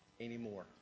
anymore